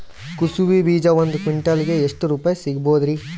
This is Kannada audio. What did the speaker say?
ಕುಸಬಿ ಬೀಜ ಒಂದ್ ಕ್ವಿಂಟಾಲ್ ಗೆ ಎಷ್ಟುರುಪಾಯಿ ಸಿಗಬಹುದುರೀ?